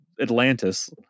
Atlantis